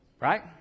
Right